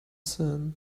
sun